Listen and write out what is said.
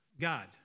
God